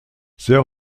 sehr